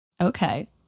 Okay